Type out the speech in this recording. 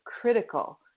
critical